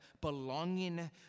belonging